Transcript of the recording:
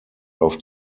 auf